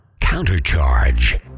Countercharge